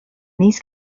these